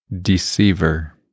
deceiver